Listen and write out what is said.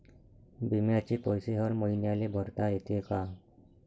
बिम्याचे पैसे हर मईन्याले भरता येते का?